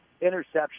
interception